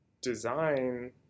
design